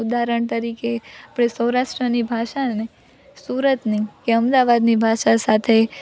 ઉદાહરણ તરીકે આપણે સૌરાષ્ટ્રની ભાષા અને સુરતની કે અમદાવાદની ભાષા સાથે